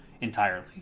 entirely